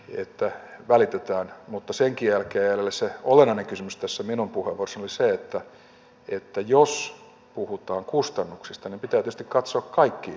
mutta senkin jälkeen jää jäljelle se olennainen kysymys tässä minun puheenvuorossani eli se että jos puhutaan kustannuksista pitää tietysti katsoa kaikkia kustannuksia